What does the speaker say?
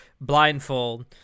blindfold